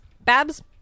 Babs